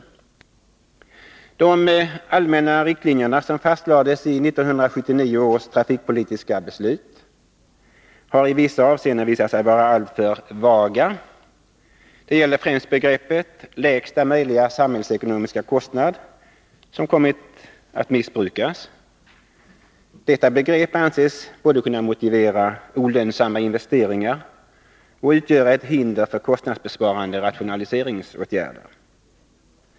De allmänna riktlinjerna som fastlades i 1979 års trafikpolitiska beslut har i vissa avseenden visat sig vara alltför vaga. Det gäller främst begreppet ”lägsta möjliga samhällsekonomiska kostnad”, som kommit att missbrukas. Detta begrepp anses både kunna motivera olönsamma investeringar och utgöra ett hinder för kostnadsbesparande rationaliseringsåtgärder.